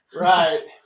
Right